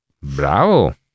¡Bravo